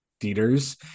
theaters